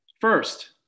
First